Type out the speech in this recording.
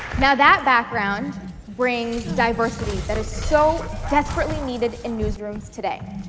now that background brings diversity that is so desperately needed in newsrooms today.